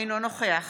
אינו נוכח